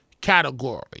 category